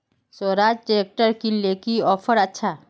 Swaraj tractor किनले की offer अच्छा?